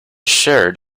shared